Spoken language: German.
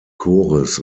chores